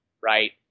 right